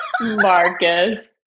Marcus